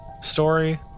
story